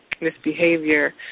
misbehavior